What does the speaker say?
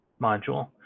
module